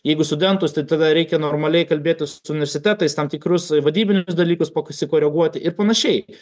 jeigu studentus tai tada reikia normaliai kalbėtis su universitetais tam tikrus vadybinius dalykus pasikoreguoti ir panašiai